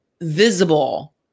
visible